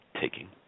taking